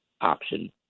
option